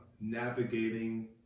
navigating